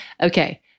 Okay